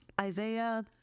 Isaiah